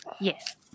Yes